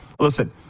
listen